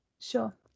Sure